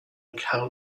account